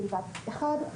אחד,